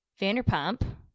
Vanderpump